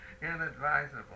Inadvisable